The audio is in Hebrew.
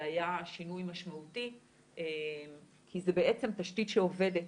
זה היה שינוי משמעותי כי זה בעצם תשתית שעובדת,